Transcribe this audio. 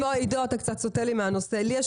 עידו, אתה קצת סוטה מהנושא.